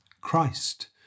Christ